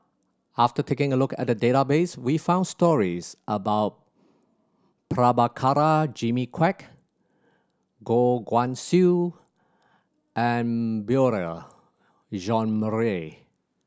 after taking a look at the database we found stories about Prabhakara Jimmy Quek Goh Guan Siew and Beurel Jean Marie